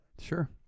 Sure